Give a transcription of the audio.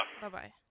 Bye-bye